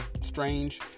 strange